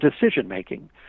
decision-making